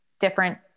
different